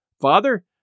Father